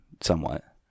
somewhat